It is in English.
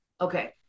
Okay